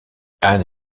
anne